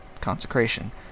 consecration